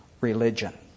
religion